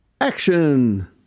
Action